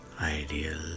ideal